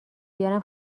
بیارم